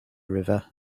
river